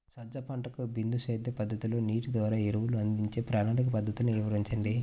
సజ్జ పంటకు బిందు సేద్య పద్ధతిలో నీటి ద్వారా ఎరువులను అందించే ప్రణాళిక పద్ధతులు వివరించండి?